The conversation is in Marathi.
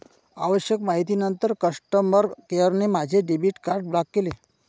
आवश्यक माहितीनंतर कस्टमर केअरने माझे डेबिट कार्ड ब्लॉक केले